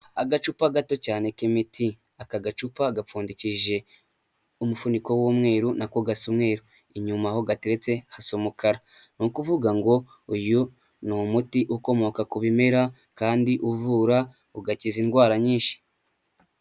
Agacupa gato cyane k'imiti. Aka gacupa gapfundikishije umufuniko w'umweru na ko gasa umweru. Inyuma aho gateretse hasa umukara. Ni ukuvuga ngo uyu ni umuti ukomoka ku bimera kandi uvura ugakiza indwara nyinshi.